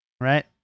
Right